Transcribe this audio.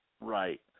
Right